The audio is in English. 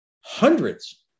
hundreds